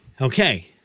Okay